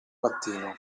mattino